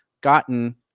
gotten